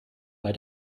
bei